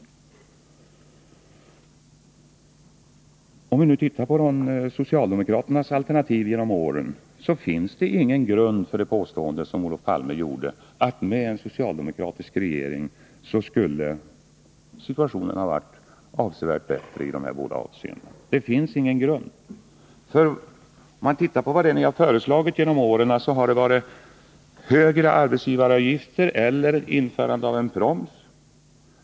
Om vi tittar på de socialdemokratiska alternativen genom åren finner vi att det inte finns någon grund för Olof Palmes påstående att situationen i båda dessa avseenden skulle ha varit bättre om vi haft en socialdemokratisk regering. Vad ni föreslagit genom åren är högre arbetsgivaravgifter eller införande av en proms.